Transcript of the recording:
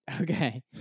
Okay